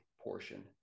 portion